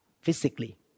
Physically